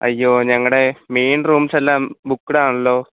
അയ്യോ ഞങ്ങളുടെ main rooms എല്ലാം ബുക്ക്ഡ് ആണല്ലോ